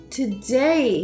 today